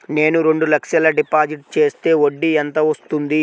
నేను రెండు లక్షల డిపాజిట్ చేస్తే వడ్డీ ఎంత వస్తుంది?